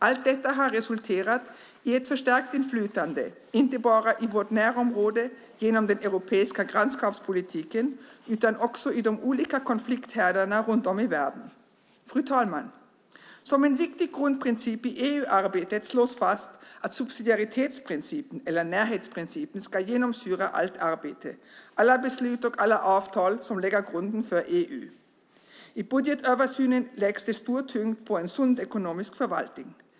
Allt detta har resulterat i ett förstärkt inflytande, inte bara i vårt närområde genom den europeiska grannskapspolitiken, utan också i de olika konflikthärdarna runt om i världen. Fru talman! Som en viktig grundprincip i EU-arbetet slås fast att subsidiaritetsprincipen, eller närhetsprincipen, ska genomsyra allt arbete, alla beslut och alla avtal som lägger grunden för EU. I budgetöversynen läggs stor tyngd på en sund ekonomisk förvaltning.